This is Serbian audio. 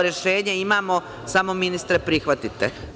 Rešenje imamo samo ministre prihvatite.